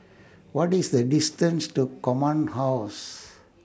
What IS The distance to Command House